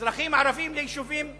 אזרחים ערבים ליישובים כאלה.